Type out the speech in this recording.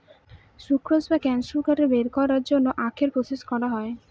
sucrose বা cane sugar বের করার জন্য আখকে প্রসেস করা হয়